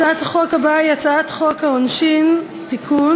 הצעת החוק הבאה היא הצעת חוק העונשין (תיקון)